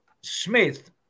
Smith